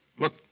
look